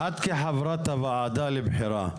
את כחברת הוועדה לבחירה,